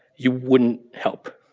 you wouldn't help.